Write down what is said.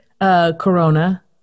Corona